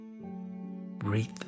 breathe